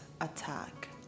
attack